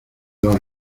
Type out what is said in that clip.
los